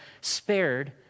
spared